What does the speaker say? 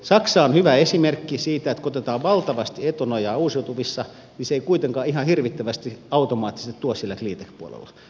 saksa on hyvä esimerkki siitä että kun otetaan valtavasti etunojaa uusiutuvissa niin se ei kuitenkaan ihan hirvittävästi automaattisesti tuo sillä cleantech puolella